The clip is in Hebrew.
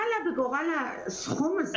מה עלה בגורל הסכום הזה?